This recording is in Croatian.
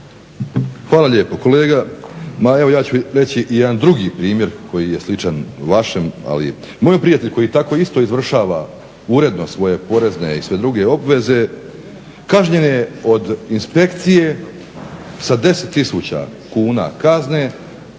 Hvala lijepo kolega.